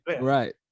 Right